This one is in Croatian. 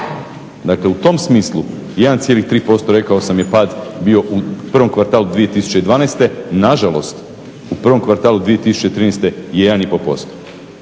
Dakle, u tom smislu 1.3% rekao sam je pad bio u prvom kvartalu 2012. Nažalost u prvom kvartalu 2013. je 1,5%.